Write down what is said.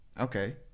Okay